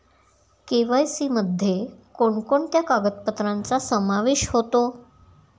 KYC मध्ये कोणकोणत्या कागदपत्रांचा समावेश होतो?